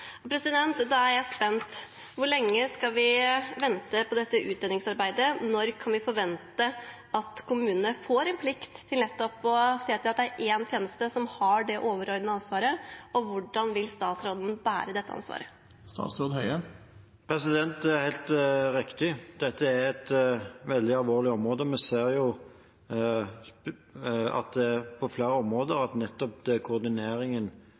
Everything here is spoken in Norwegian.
Da er jeg spent: Hvor lenge skal vi vente på dette utredningsarbeidet? Når kan vi forvente at kommunene får en plikt til nettopp å se til at det er én tjeneste som har det overordnede ansvaret, og hvordan vil statsråden bære dette ansvaret? Det er helt riktig: Dette er et veldig alvorlig område. Vi ser jo på flere områder at det nettopp er koordineringen